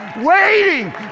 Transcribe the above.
waiting